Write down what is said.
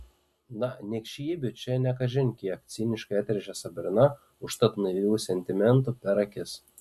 na niekšybių čia ne kažin kiek ciniškai atrėžė sabrina užtat naivių sentimentų per akis